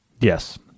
Yes